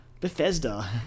bethesda